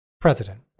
president